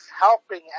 helping